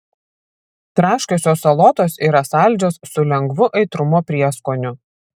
traškiosios salotos yra saldžios su lengvu aitrumo prieskoniu